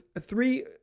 three